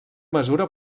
mesura